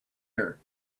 her